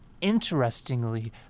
interestingly